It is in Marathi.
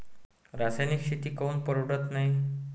रासायनिक शेती काऊन परवडत नाई?